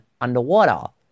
underwater